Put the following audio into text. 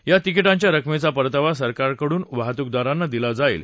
या तिकिटांच्या रकमेचा परतावा सरकारकडून वाहतूकदारांना दिला जाईल